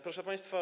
Proszę Państwa!